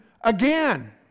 again